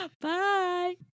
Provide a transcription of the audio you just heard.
Bye